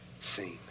seen